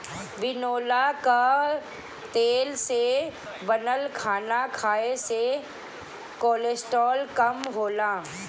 बिनौला कअ तेल से बनल खाना खाए से कोलेस्ट्राल कम होला